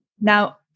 Now